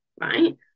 right